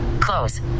Close